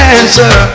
answer